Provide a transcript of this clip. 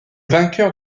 vainqueur